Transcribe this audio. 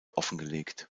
offengelegt